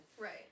Right